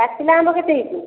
ପାଚିଲା ଆମ୍ବ କେତେ ହେଇଛି